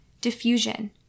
Diffusion